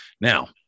Now